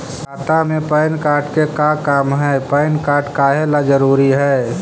खाता में PAN card के का काम है पैन कार्ड काहे ला जरूरी है?